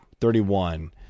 Thirty-one